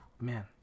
Man